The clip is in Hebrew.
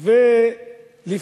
כמאמר השיר.